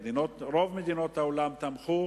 רוב מדינות העולם תמכו